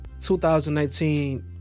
2019